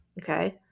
Okay